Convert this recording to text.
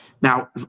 now